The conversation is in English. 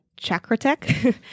Chakratech